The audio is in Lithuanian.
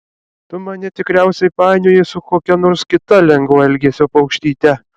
tu mane tikriausiai painioji su kokia nors kita lengvo elgesio paukštyte